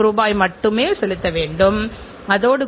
நாம் எந்த திசையில் செல்கிறோம்